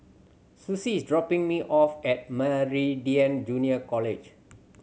Suzy is dropping me off at Meridian Junior College